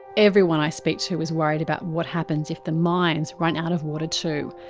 everyone i speak to is worried about what happens if the mines run out of water too.